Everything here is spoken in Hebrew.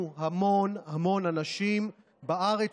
בריאות ממלכתי (תיקון,